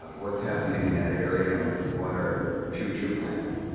what's happening in that area and what are future plans?